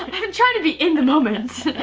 and trying to be in the moment.